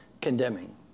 Condemning